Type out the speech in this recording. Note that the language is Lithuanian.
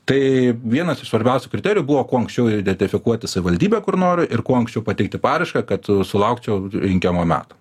tai vienas iš svarbiausių kriterijų buvo kuo anksčiau identifikuoti savivaldybę kur noriu ir kuo anksčiau pateikti paraišką kad sulaukčiau reikiamo meto